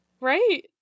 right